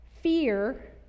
Fear